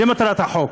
זו מטרת החוק,